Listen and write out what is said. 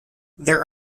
there